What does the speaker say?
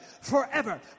forever